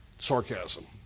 Sarcasm